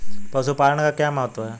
पशुपालन का क्या महत्व है?